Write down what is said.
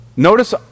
Notice